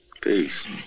peace